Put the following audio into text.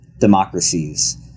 democracies